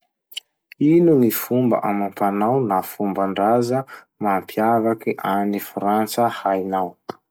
Ino gny fomba amam-panao na fomban-draza mampiavaky any Frantsa hainao?